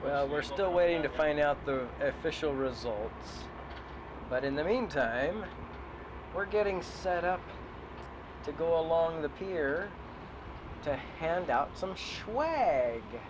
next we're still waiting to find out the official results but in the meantime we're getting set up to go along the pier to head out some wa